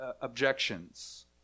objections